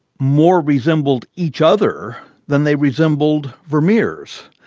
more resembled each other than they resembled vermeer's.